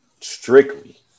Strictly